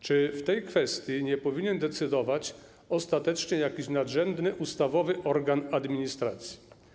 Czy w tej kwestii nie powinien decydować ostatecznie jakiś nadrzędny, ustawowy organ administracji?